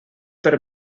per